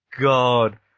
God